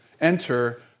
enter